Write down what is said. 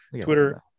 Twitter